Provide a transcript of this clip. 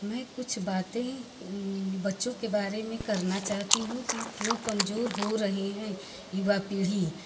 मैं कुछ बातें बच्चों के बारे में करना चाहती हूँ की वह क्यों कमज़ोर हो गए हैं युवा पीढ़ी